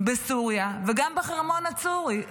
בסוריה וגם בחרמון הסורי,